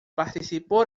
participó